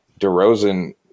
DeRozan